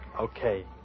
Okay